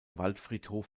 waldfriedhof